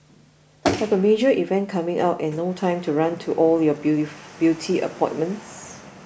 have a major event coming up and no time to run to all your beauty appointments